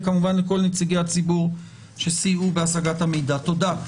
וכמובן לכל נציגי הציבור שסייעו בהשגת המידע תודה.